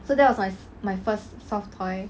so that was my my first soft toy